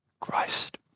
Christ